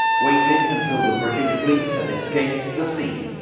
waiting until the british fleet had escaped to sea,